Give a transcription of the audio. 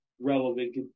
relevant